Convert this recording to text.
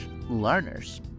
learners